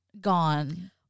gone